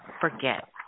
forget